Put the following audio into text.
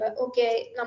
Okay